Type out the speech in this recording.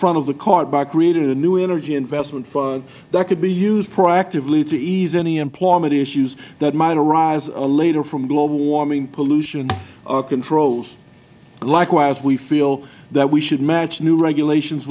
front of the cart by creating a new energy investment fund that could be used proactively to ease any employment issues that might arise later from global warming pollution controls likewise we feel that we should match new regulations